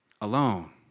alone